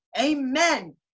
amen